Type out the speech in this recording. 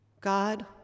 God